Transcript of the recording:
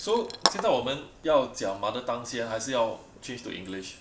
so 我们要讲 mother tongue 先还是要 change to english